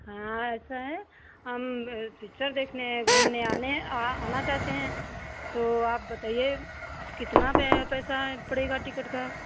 हाँ ऐसा है हम पिक्चर देखने घूमने आने आ आना चाहते हैं तो आप बताइए कितना पै पैसा पड़ेगा टिकट का